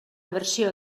versió